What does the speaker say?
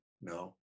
no